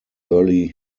early